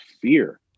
fear